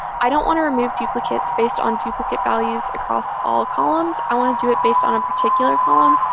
i don't want to remove duplicates based on duplicate values across all columns. i want to do it based on a particular column.